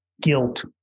guilt